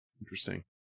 Interesting